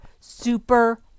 super